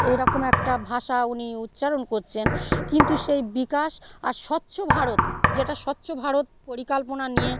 এরকম একটা ভাষা উনি উচ্চারণ করছেন কিন্তু সেই বিকাশ আর স্বচ্ছ ভারত যেটা স্বচ্ছ ভারত পরিকল্পনা নিয়ে